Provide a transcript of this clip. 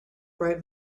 bright